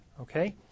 Okay